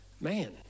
man